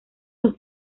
los